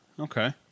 Okay